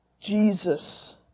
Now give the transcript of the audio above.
Jesus